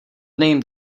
name